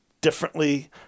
differently